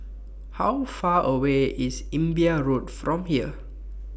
How Far away IS Imbiah Road from here